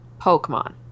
Pokemon